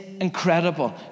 incredible